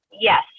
Yes